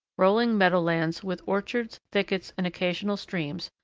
rolling meadowlands, with orchards, thickets, and occasional streams,